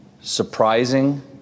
surprising